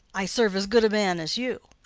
i serve as good a man as you.